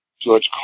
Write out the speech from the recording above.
George